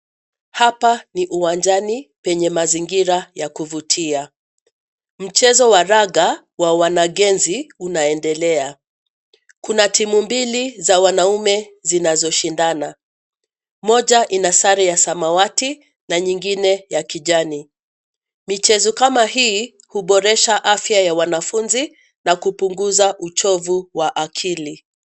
Hapa ni uwanjani penya mazingira ya kuvutia. Mchezo wa raga wa wanagenzi unaendelea. Kuna timu mbili za wanaume zinazoshindana, moja ina sare ya samawati na nyingine ya kijani. Michezo kama hii, huboresha afya ya wanafunzi na kupunguza uchovu wa akili.